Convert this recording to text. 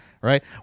Right